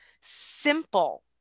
simple